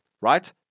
right